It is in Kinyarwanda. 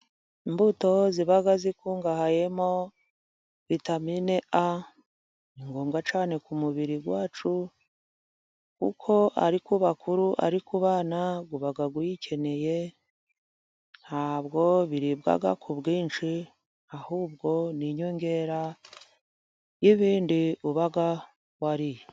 Imbuto ziba zikungahayemo vitamine A. Ni ngombwa cyane ku mubiri wacu, kuko ari ku bakuru, ari ku bana uba uyikeneye. Ntabwo biribwa ku bwinshi, ahubwo ni inyongera y'ibindi uba wariye.